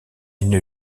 une